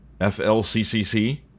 FLCCC